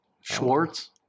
Schwartz